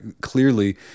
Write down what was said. clearly